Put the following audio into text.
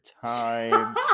time